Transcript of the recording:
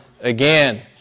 again